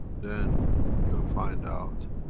then you'll find out